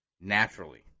naturally